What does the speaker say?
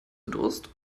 durst